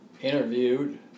interviewed